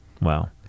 Wow